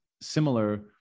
similar